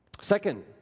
Second